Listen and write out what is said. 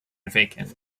vacant